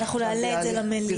בשבוע הבא אנחנו את זה למליאה.